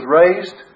raised